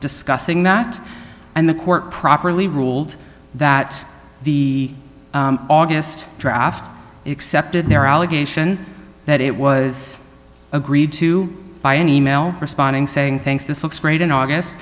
discussing that and the court properly ruled that the august draft accepted their allegation that it was agreed to by an e mail responding saying thanks this looks great in august